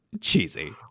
Cheesy